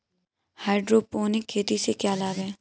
Hydroponic खेती से क्या लाभ हैं?